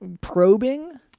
probing